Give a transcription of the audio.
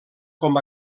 com